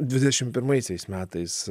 dvidešim pirmaisiais metais